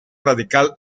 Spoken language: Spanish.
radical